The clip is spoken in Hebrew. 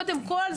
קודם כול,